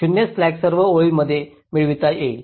0 slack सर्व ओळींमध्ये मिळवता येते